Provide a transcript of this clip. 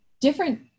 different